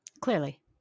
Clearly